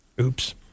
Oops